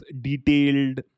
detailed